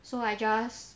so I just